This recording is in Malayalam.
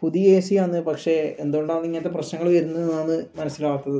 പുതിയ എ സിയാന്ന് പക്ഷെ എന്തുകൊണ്ടാണ് ഇങ്ങനത്തെ പ്രശ്നങ്ങൾ വരുന്നതെന്താന്ന് മനസിലാകാത്തത്